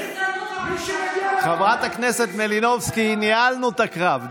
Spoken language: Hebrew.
מי שמגיע, חברת הכנסת מלינובסקי, ניהלנו את הקרב.